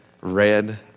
red